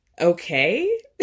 okay